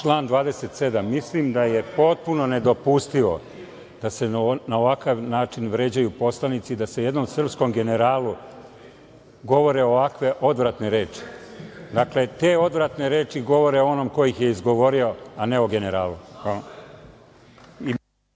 Član 27. – mislim da je potpuno nedopustivo da se na ovakav način vređaju poslanici, da se jednom srpskom generalu govore ovakve odvratne reči. Dakle, te odvratne reči govore onom ko ih je izgovorio, a ne o generalu.